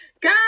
God